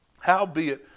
Howbeit